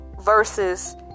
versus